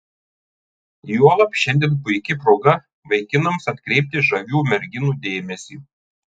juolab šiandien puiki proga vaikinams atkreipti žavių merginų dėmesį